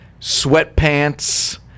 sweatpants